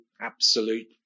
absolute